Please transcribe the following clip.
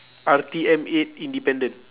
R_T_M eight independent